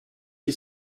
qui